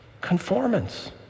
Conformance